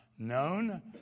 known